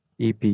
EP